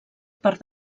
per